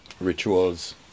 rituals